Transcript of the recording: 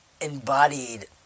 embodied